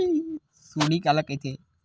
सुंडी काला कइथे?